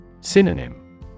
Synonym